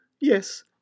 yes